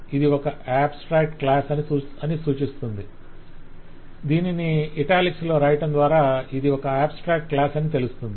ఇది ఒక abstract class అని సూచిస్తుంది దీనిని ఇటాలిక్స్ లో రాయటం ద్వారా ఇది ఒక ఆబ్స్ట్రాక్ట్ క్లాస్ అని తెలుస్తుంది